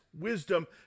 wisdom